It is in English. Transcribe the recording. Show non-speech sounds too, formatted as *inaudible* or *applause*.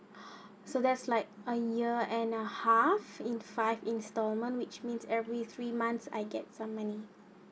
*breath* so that's like a year and a half in five installment which means every three months I get some money